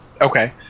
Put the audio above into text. okay